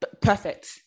perfect